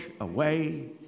away